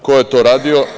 Ko je to radio?